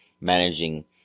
managing